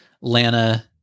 Lana